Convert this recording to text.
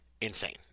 insane